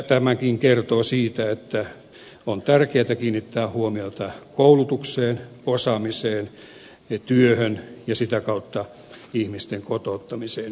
tämäkin kertoo siitä että on tärkeätä kiinnittää huomiota koulutukseen osaamiseen ja työhön ja sitä kautta ihmisten kotouttamiseen